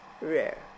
rare